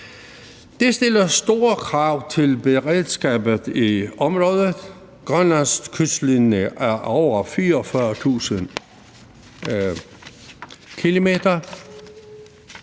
Det stiller store krav til beredskabet i området. Grønlands kystlinje er på over 44.000 km.